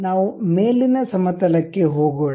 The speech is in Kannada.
ನಾವು ಮೇಲಿನ ಸಮತಲ ಕ್ಕೆ ಹೋಗೋಣ